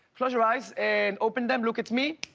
close your eyes, and open them, look at me,